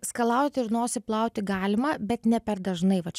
skalauti ir nosį plauti galima bet ne per dažnai va čia